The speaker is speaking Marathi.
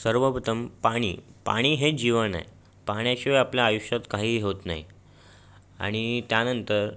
सर्वप्रथम पाणी पाणी हे जीवन आहे पाण्याशिवाय आपल्या आयुष्यात काहीही होत नाही आणि त्यानंतर